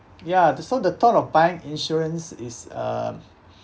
ya the so the thought of buying insurance is uh